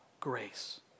grace